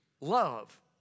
love